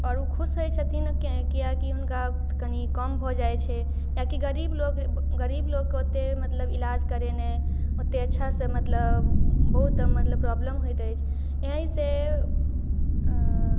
आओर ओ खुश होइ छथिन किएक कि हुनका कनि कम भऽ जाइ छै किएक कि गरीब लोक गरीब लोकके ओत्ते मतलब इलाज करेनाइ ओत्ते अच्छासँ मतलब बहुत मतलब प्रॉब्लम होइत अछि एहिसँ